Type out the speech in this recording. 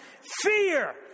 fear